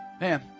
Man